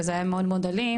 וזה היה מאוד מאוד אלים,